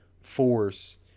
force